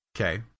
Okay